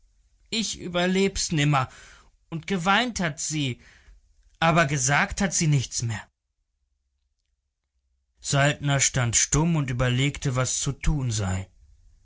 ich überleb's nimmer und geweint hat sie aber gesagt hat sie nichts mehr saltner stand stumm und überlegte was zu tun sei